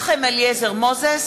(קוראת בשמות חברי הכנסת) מנחם אליעזר מוזס,